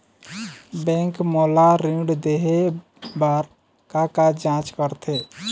Bank मोला ऋण देहे बार का का जांच करथे?